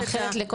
נעמה לזימי (יו"ר הוועדה המיוחדת לענייני צעירים): אני